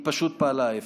היא פשוט פעלה ההפך.